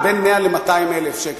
בין 100,000 ל-200,000 שקל.